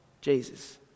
Jesus